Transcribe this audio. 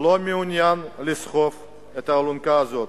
לא מעוניין לסחוב את האלונקה הזאת.